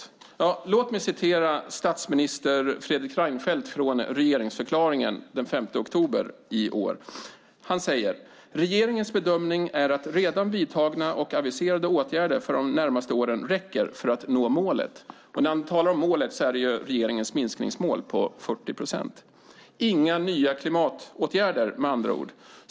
Ja, låt mig citera statsminister Fredrik Reinfeldt från regeringsförklaringen den 5 oktober i år: "Regeringens bedömning är att redan vidtagna och aviserade åtgärder för de närmaste åren räcker för att nå målet." När han talar om målet menar han regeringens minskningsmål på 40 procent. Inga nya klimatåtgärder, med andra ord!